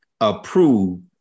approved